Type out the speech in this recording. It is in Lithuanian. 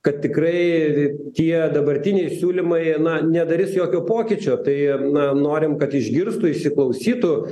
kad tikrai tie dabartiniai siūlymai na nedarys jokio pokyčio tai na norim kad išgirstų įsiklausytų